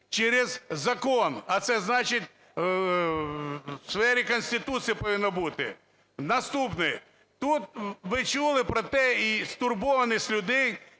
через закон. А це значить, в сфері Конституції повинно бути. Наступне. Тут ви чули про те і стурбованість людей,